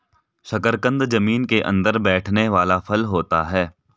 शकरकंद जमीन के अंदर बैठने वाला फल होता है